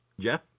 Jeff